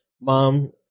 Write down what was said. mom